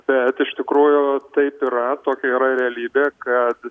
bet iš tikrųjų taip yra tokia yra realybė kad